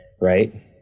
right